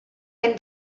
can